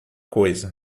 coisa